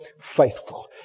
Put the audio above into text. faithful